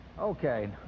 okay